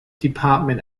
department